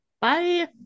Bye